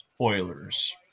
Oilers